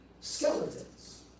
skeletons